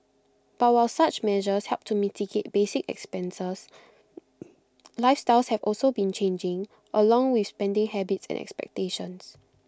but while such measures help to mitigate basic expenses lifestyles have also been changing along with spending habits and expectations